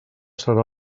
serà